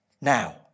now